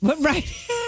Right